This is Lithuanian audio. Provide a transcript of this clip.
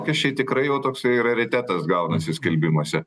nes čia tikrai jau toksai raritetas gaunasi skelbimuose